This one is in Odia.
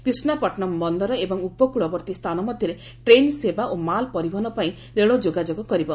କ୍ରିଷ୍ଣାପଟନମ୍ ବନ୍ଦର ଏବଂ ଉପକୂଳବର୍ତ୍ତୀ ସ୍ଥାନ ମଧ୍ୟରେ ଟ୍ରେନ ସେବା ଓ ମାଲ ପରିବହନ ପାଇଁ ରେଳ ଯୋଗାଯୋଗ କରିବ